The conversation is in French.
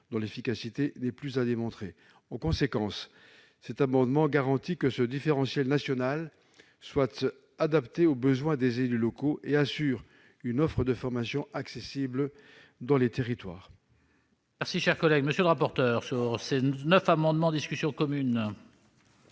dont l'efficacité n'est plus à démontrer. En conséquence, cet amendement vise à garantir que ce référentiel national sera adapté aux besoins des élus locaux et assurera une offre de formation accessible dans les territoires.